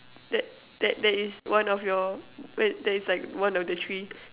that that is one of your that is like one of the three